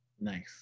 nice